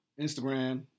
Instagram